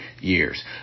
years